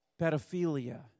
pedophilia